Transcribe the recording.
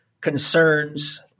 concerns